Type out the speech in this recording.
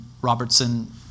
Robertson